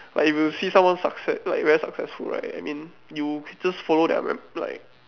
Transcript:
like if you see someone succeed like very successful right I mean you just follow their very like